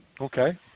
Okay